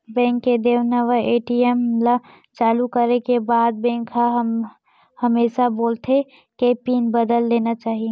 bank के देय नवा ए.टी.एम ल चालू करे के बाद म बेंक ह हमेसा बोलथे के पिन बदल लेना चाही